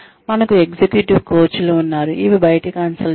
మనకు ఎగ్జిక్యూటివ్ కోచ్లు ఉన్నారు ఇవి బయటి కన్సల్టెంట్స్